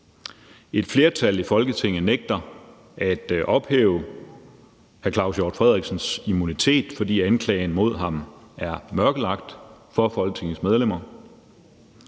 Et flertal i Folketinget nægter at ophæve hr. Claus Hjort Frederiksens immunitet, fordi anklagen imod ham er mørkelagt for Folketingets medlemmer.